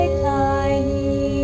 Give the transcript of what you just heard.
tiny